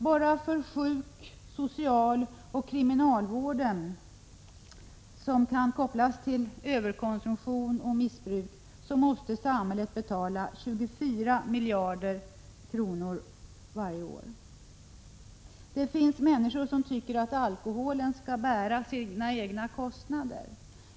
Bara för sjuk-, socialoch kriminalvård som kan kopplas till överkonsumtion och missbruk måste samhället betala 24 miljarder varje år. Det finns människor som tycker att alkoholen skall bära sina egna kostnader.